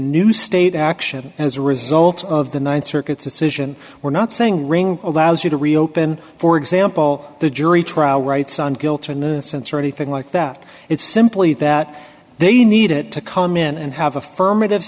new state action as a result of the th circuit's decision we're not saying ring allows you to reopen for example the jury trial rights on guilt or innocence or anything like that it's simply that they needed to come in and have affirmative